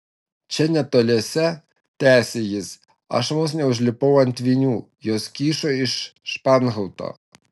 čia netoliese tęsė jis aš vos neužlipau ant vinių jos kyšo iš španhauto